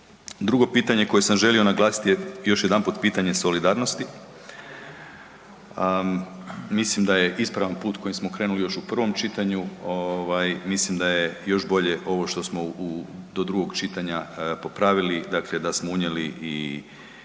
Drugo pitanje koje sam želio naglasiti je još jedanput pitanje solidarnosti. Mislim da je ispravan put kojim smo krenuli još u prvom čitanju, mislim da je još bolje ovo što smo do drugog čitanja popravili da smo unijeli i